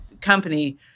company